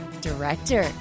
director